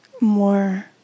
more